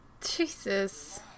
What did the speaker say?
Jesus